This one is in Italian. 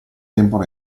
tempo